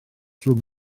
rhwng